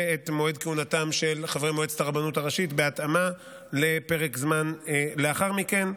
ואת מועד כהונתם של חברי מועצת הרבנות הראשית בהתאמה לפרק זמן לאחר מכן,